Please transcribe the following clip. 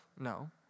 No